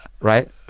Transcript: right